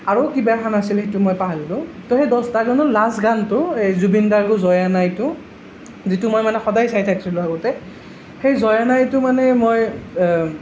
আৰু কিবা এখন আছিলে সেইটো মই পাহৰিলোঁ সেই দহটা গানৰ লাষ্ট গানটো এই জুবিন গাৰ্গৰ জয়া নাইটো যিটো মই মানে সদায় চাই থাকিছিলোঁ আগতে সেই জয়া নাইটো মানে মই